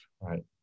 right